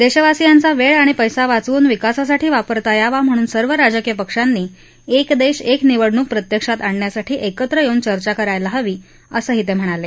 देशवासीयांचा वेळ आणि पसी वाचवून विकासासाठी वापरता यावा म्हणून सर्व राजकीय पक्षांनी एक देश एक निवडणूक प्रत्यक्षात आणण्यासाठी एकत्र येऊन चर्चा करायला हवी असं ते म्हणाले